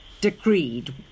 decreed